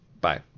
Bye